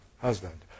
husband